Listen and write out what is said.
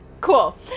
cool